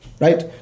right